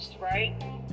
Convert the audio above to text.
Right